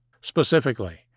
Specifically